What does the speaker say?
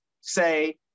say